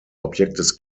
objektes